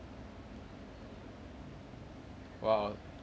!wow!